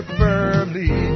firmly